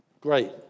Great